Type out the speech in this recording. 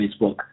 Facebook